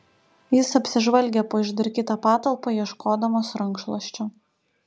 jis apsižvalgė po išdarkytą patalpą ieškodamas rankšluosčio